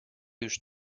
już